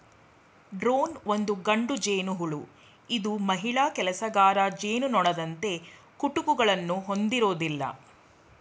drone ಒಂದು ಗಂಡು ಜೇನುಹುಳು ಇದು ಮಹಿಳಾ ಕೆಲಸಗಾರ ಜೇನುನೊಣದಂತೆ ಕುಟುಕುಗಳನ್ನು ಹೊಂದಿರೋದಿಲ್ಲ